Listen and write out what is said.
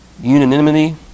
unanimity